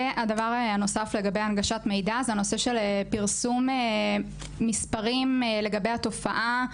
הדבר הנוסף לגבי הנגשת מידע זה הנושא של פרסום מספרים לגבי התופעה,